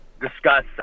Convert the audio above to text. discuss